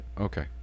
Okay